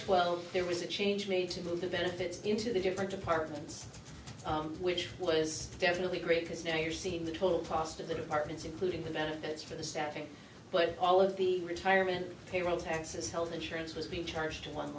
twelve there was a change made to develop it into the different departments which was definitely great because now you're seeing the total cost of the departments including the benefits for the staffing but all of the retirement payroll taxes health insurance was being charged